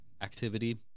activity